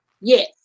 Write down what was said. Yes